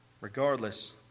Regardless